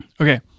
Okay